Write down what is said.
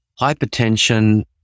Hypertension